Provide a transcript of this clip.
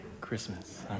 Christmas